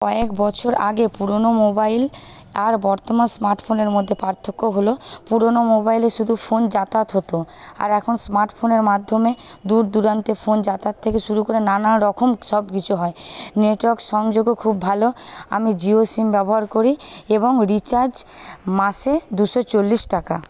কয়েক বছর আগে পুরোনো মোবাইল আর বর্তমান স্মার্ট ফোনের মধ্যে পার্থক্য হলো পুরোনো মোবাইলে শুধু ফোন যাতায়াত হতো আর এখন স্মার্ট ফোনের মাধ্যমে দূরদূরান্তে ফোন যাতায়াত থেকে শুরু করে নানারকম সবকিছু হয় নেটওয়ার্ক সংযোগও খুব ভালো আমি জিও সিম ব্যবহার করি এবং রিচার্জ মাসে দুশো চল্লিশ টাকা